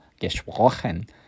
gesprochen